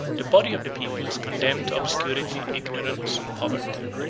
the body of the people is condemned to obscurity, ignorance and poverty.